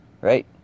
right